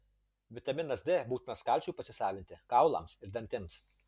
vitaminas d būtinas kalciui pasisavinti kaulams ir dantims